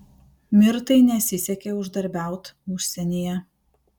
mirtai nesisekė uždarbiaut užsienyje